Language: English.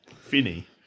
Finny